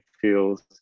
feels